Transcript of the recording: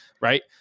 right